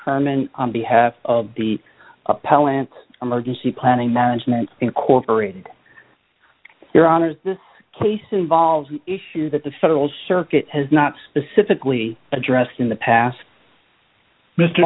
comment on behalf of the appellant emergency planning management incorporated your honor this case involves an issue that the federal circuit has not specifically addressed in the past mr